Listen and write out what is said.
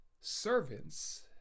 Servants